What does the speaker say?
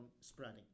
spreading